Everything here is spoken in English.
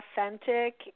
authentic